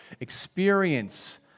experience